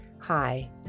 Hi